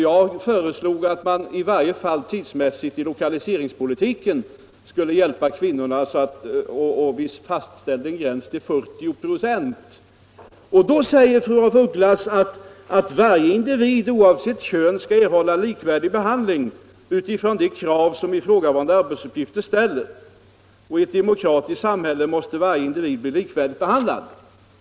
Jag föreslog då att man i varje fall tidsmässigt i lokaliseringspolitiken skulle hjälpa kvinnorna, och vi fastställde en gräns vid 40 96. Då säger fru af Ugglas att varje individ, oavsett kön, skall erhålla likvärdig behandling utifrån de krav som ifrågavarande arbetsuppgifter ställer. I ett demokratiskt samhälle måste varje individ bli likvärdigt behandlad.